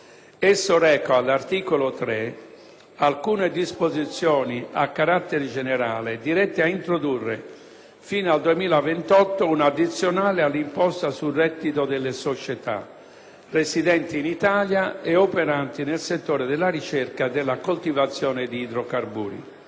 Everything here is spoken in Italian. esso reca, all'articolo 3, alcune disposizioni a carattere generale dirette ad introdurre, fino al 2028, un'addizionale all'imposta sul reddito delle società (IRES) residenti in Italia e operanti nel settore della ricerca e della coltivazione di idrocarburi.